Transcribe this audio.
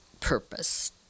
purpose